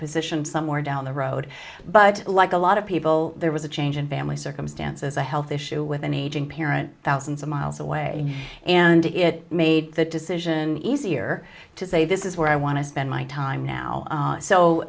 position somewhere down the road but like a lot of people there was a change in family circumstances a health issue with an aging parent thousands of miles away and it made that decision easier to say this is where i want to spend my time now